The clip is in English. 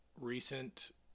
recent